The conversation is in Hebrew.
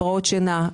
הפרעות שינה,